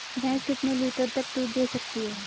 भैंस कितने लीटर तक दूध दे सकती है?